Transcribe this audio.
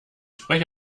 spreche